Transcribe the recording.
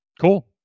Cool